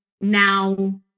now